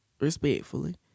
respectfully